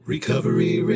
Recovery